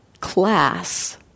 class